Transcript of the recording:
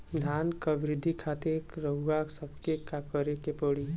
धान क वृद्धि खातिर रउआ सबके का करे के पड़ी?